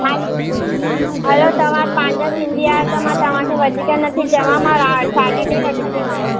हा त हलो तव्हां पंहिंजा सिंधी आयो त मां तव्हांखे वधीक नथी चवां मां साढी टे वठंदीमांव